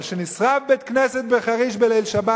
אבל שנשרף בית-כנסת בחריש בליל שבת,